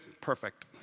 perfect